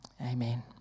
amen